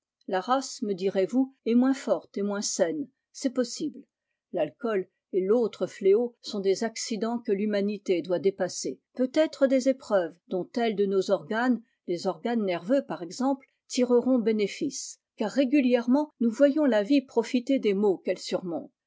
la race me direz vous est moins forte et moins saine c'est possible l'alcool et l'autre fléau sont des accidents que l'humanité doit dépasser peut-être des épreuves dont tels de nos organes les organes nerveux par exemple tireront bénéfice car régulièrement nous voyons la vie profiter des maux qu'elle stl